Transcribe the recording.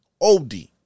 OD